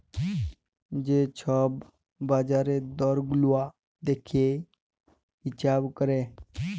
যে ছব বাজারের দর গুলা দ্যাইখে হিঁছাব ক্যরে